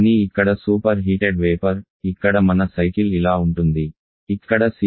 కానీ ఇక్కడ superheated vapour ఇక్కడ మన సైకిల్ ఇలా ఉంటుంది ఇక్కడ 0